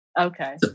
Okay